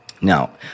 Now